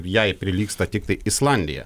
jai prilygsta tiktai islandija